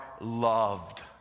loved